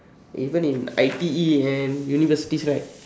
even in I_T_E and universities right